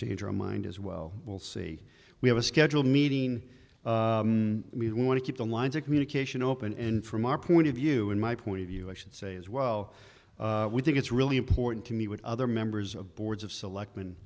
change our mind as well will see we have a scheduled meeting we want to keep the lines of communication open and from our point of view in my point of view i should say as well we think it's really important to meet with other members of boards of selectmen and